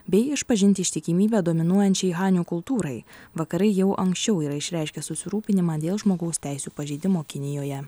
bei išpažinti ištikimybę dominuojančiai hanių kultūrai vakarai jau anksčiau yra išreiškę susirūpinimą dėl žmogaus teisių pažeidimo kinijoje